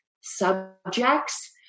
subjects